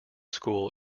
school